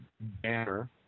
banner